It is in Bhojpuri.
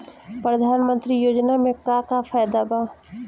प्रधानमंत्री योजना मे का का फायदा बा?